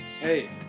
hey